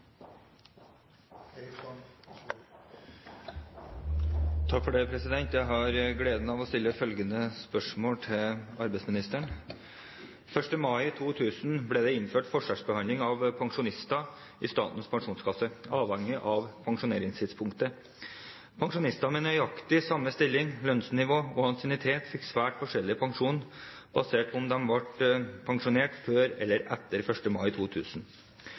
pensjonister i Statens pensjonskasse avhengig av pensjoneringsdato. Pensjonister med nøyaktig samme stilling, lønnsnivå og ansiennitet fikk svært forskjellig pensjon basert på om de ble pensjonert før eller etter 1. mai 2000.